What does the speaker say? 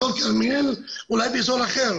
--- באזור אחר.